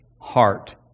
heart